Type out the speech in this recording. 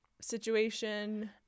situation